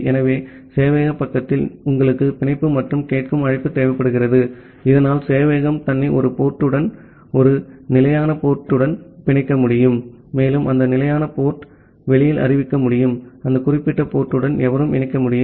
ஆகவே சேவையக பக்கத்தில் உங்களுக்கு பிணைப்பு மற்றும் கேட்கும் அழைப்பு தேவைப்படுகிறது இதனால் சேவையகம் தன்னை ஒரு போர்ட் உடன் ஒரு நிலையான போர்ட் உடன் பிணைக்க முடியும் மேலும் அந்த நிலையான போர்ட் டை வெளியில் அறிவிக்க முடியும் அந்த குறிப்பிட்ட போர்ட் உடன் எவரும் சாக்கெட் இணைக்க முடியும்